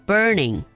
Burning